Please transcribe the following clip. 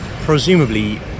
presumably